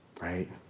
right